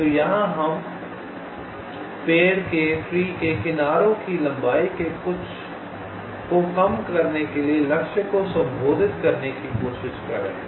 तो यहां हम पेड़ के किनारों की लंबाई के कुछ को कम करने के लिए लक्ष्य को संबोधित करने की कोशिश कर रहे हैं